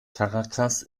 caracas